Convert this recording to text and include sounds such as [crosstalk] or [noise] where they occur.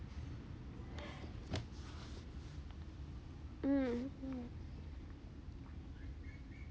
mm mm [noise]